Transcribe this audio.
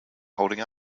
holding